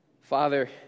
Father